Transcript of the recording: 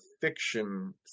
fiction